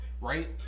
Right